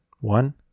One